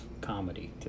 comedy